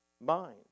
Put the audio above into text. mind